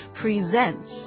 presents